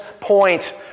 point